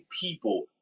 people